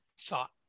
thought